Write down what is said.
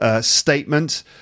statement